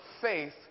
faith